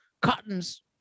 cottons